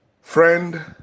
Friend